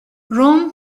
رُم